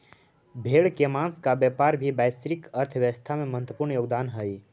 भेड़ के माँस का व्यापार भी वैश्विक अर्थव्यवस्था में महत्त्वपूर्ण योगदान हई